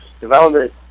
development